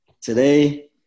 Today